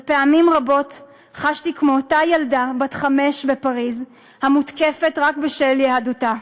ופעמים רבות חשתי כמו אותה ילדה בת חמש בפריז המותקפת רק בשל יהדותה.